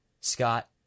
Scott